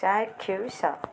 ଚାକ୍ଷୁଷ